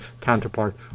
counterpart